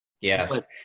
yes